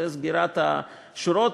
זה סגירת השורות,